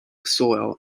soil